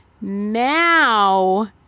now